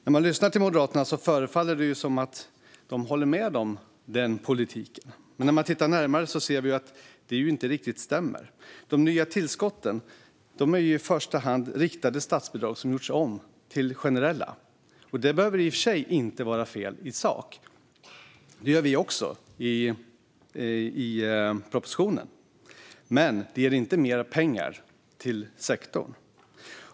När man lyssnar till Moderaterna förefaller det som att de håller med om denna politik, men när man tittar närmare ser man att det inte riktigt stämmer. De nya tillskotten är ju i första hand riktade statsbidrag som gjorts om till generella. Detta behöver i och för sig inte vara fel i sak - vi gör också det i propositionen - men det ger inte mer pengar till sektorn.